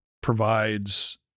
provides